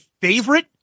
favorite